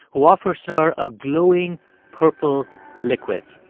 who offers her a glowing purple liquid